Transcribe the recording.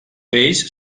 peix